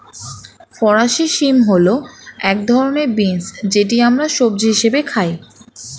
ফরাসি শিম হল এক ধরনের বিন্স যেটি আমরা সবজি হিসেবে খাই